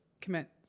commit